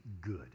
good